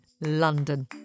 London